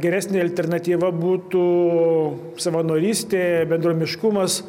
geresnė alternatyva būtų savanorystė bendruomiškumas